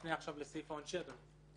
מפנה עכשיו לסעיף העונשי, אדוני.